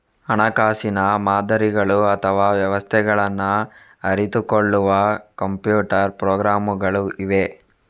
ಹಣಕಾಸಿನ ಮಾದರಿಗಳು ಅಥವಾ ವ್ಯವಸ್ಥೆಗಳನ್ನ ಅರಿತುಕೊಳ್ಳುವ ಕಂಪ್ಯೂಟರ್ ಪ್ರೋಗ್ರಾಮುಗಳು ಇವೆ